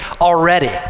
already